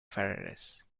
ferris